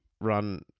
run